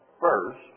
first